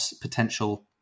potential